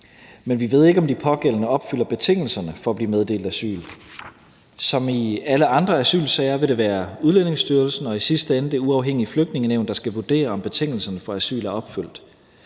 Men vi ved ikke, om de pågældende opfylder betingelserne for at blive meddelt asyl. Som i alle andre asylsager vil det være Udlændingestyrelsen og i sidste ende det uafhængige Flygtningenævn, der skal vurdere, om betingelserne for asyl er opfyldt.